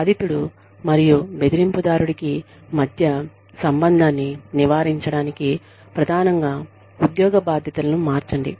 బాధితుడు మరియు బెదిరింపు దారుడికి మధ్య సంబంధాన్ని నివారించడానికి ప్రధానంగా ఉద్యోగ బాధ్యతలను మార్చండి